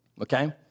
Okay